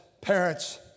parents